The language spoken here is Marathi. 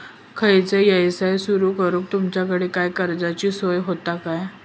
खयचो यवसाय सुरू करूक तुमच्याकडे काय कर्जाची सोय होता काय?